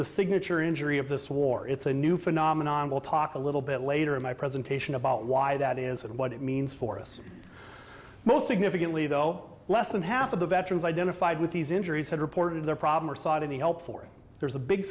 the signature injury of this war it's a new phenomenon we'll talk a little bit later in my presentation about why that is and what it means for us most significantly though less than half of the veterans identified with these injuries had reported their problem or saudi help for there's a big